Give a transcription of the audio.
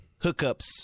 hookups